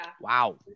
Wow